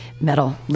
Metal